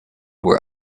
were